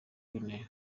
guinea